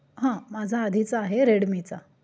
हां माझा आधीचा आहे रेडमीचा